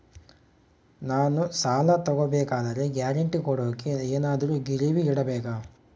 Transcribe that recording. ನಾನು ಸಾಲ ತಗೋಬೇಕಾದರೆ ಗ್ಯಾರಂಟಿ ಕೊಡೋಕೆ ಏನಾದ್ರೂ ಗಿರಿವಿ ಇಡಬೇಕಾ?